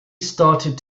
started